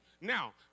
now